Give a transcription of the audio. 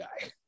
guy